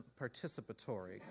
participatory